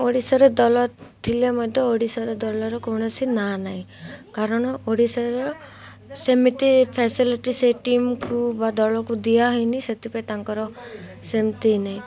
ଓଡ଼ିଶାର ଦଳ ଥିଲେ ମଧ୍ୟ ଓଡ଼ିଶାର ଦଳର କୌଣସି ନାଁ ନାହିଁ କାରଣ ଓଡ଼ିଶାର ସେମିତି ଫାସିଲିଟି ସେ ଟିମ୍କୁ ବା ଦଳକୁ ଦିଆ ହେଇନି ସେଥିପାଇଁ ତାଙ୍କର ସେମିତି ନାହିଁ